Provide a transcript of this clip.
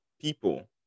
people